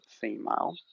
female